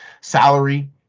salary